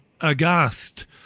aghast